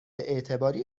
اعتباری